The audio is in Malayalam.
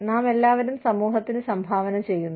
നാമെല്ലാവരും സമൂഹത്തിന് സംഭാവന ചെയ്യുന്നു